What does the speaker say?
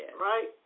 right